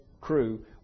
crew